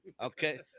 Okay